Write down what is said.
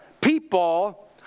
people